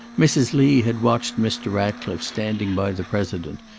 mrs. lee had watched mr. ratcliffe standing by the president,